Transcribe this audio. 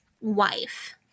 wife